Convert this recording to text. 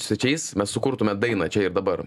svečiais mes sukurtume dainą čia ir dabar